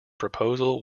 proposal